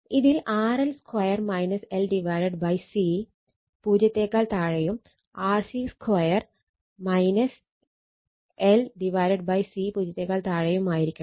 ഇതിൽ RL 2 L C 0 യും RC 2 L C 0 യും ആയിരിക്കണം